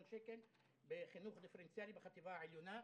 שקל בחינוך דיפרנציאלי בחטיבה העליונה.